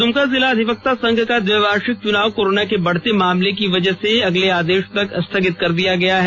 दुमका जिला अधिवक्ता संघ का द्विवार्षिक चुनाव कोरोना के बढ़ते मामले की वजह से अगले आदेश तक स्थगित कर दिया गया है